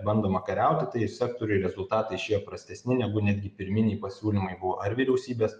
bandoma kariauti tai sektoriui rezultatai šie prastesni negu netgi pirminiai pasiūlymai buvo ar vyriausybės